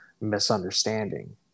misunderstanding